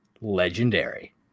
Legendary